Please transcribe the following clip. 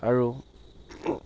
আৰু